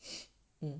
mm